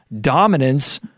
dominance